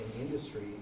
industry